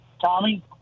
Tommy